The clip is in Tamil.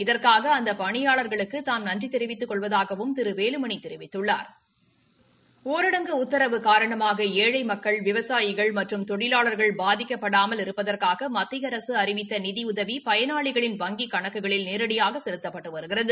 இதற்னக அந்த பணியாளா்களுக்கு தாம் நன்றி தெரிவித்துக் கொள்வதாகவும் திரு வேலுமணி தெரிவித்துள்ளாா் ஊரடங்கு உத்தரவு காரணமாக ஏழை மக்கள் விவசாயிகள் மற்றும் தொழிலாளர்கள் பாதிக்கப்படாமல் இருப்பதற்காக மத்திய அரசு அறிவித்த நிதி உதவி பயனாளிகளின் வங்கிக் கணக்குகளில் நேரடியாக செலுத்தப்பட்டு வருகிறது